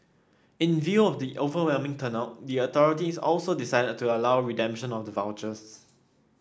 in view of the overwhelming turnout the authorities also decided to allow redemption of the vouchers